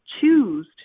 choose